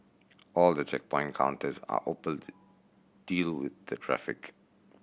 all the checkpoint counters are open to deal with the traffic